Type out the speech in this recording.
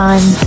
Time